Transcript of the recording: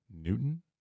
Newton